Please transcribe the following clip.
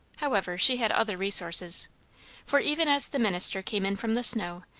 however, she had other resources for even as the minister came in from the snow,